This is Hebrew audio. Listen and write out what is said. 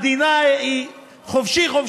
המדינה היא חופשי-חופשי,